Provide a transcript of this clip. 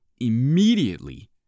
Immediately